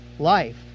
Life